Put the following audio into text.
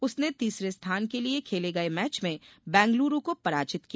उसने तीसरे स्थान के लिये खेले गये मैच में बेंगलूरू को पराजित किया